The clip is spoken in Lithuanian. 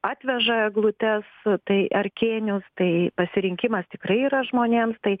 atveža eglutes tai ar kėnius tai pasirinkimas tikrai yra žmonėms tai